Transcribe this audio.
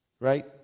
Right